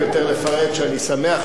"אני שמח שהוא עולה לדבר".